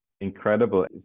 incredible